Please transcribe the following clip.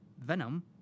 Venom